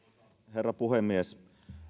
herra puhemies